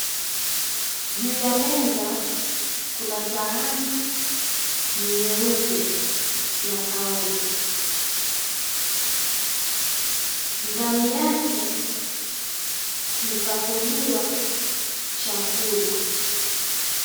Juu ya meza kuna sahani nyeupe ya kauri. Ndani yake kumepakuliwa chakula.